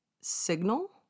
Signal